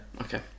Okay